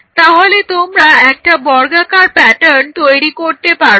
তাহলে তোমরা একটা বর্গাকার প্যাটার্ন তৈরি করতে পারো